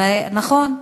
ונכון,